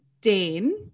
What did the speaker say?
Dane